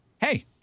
Hey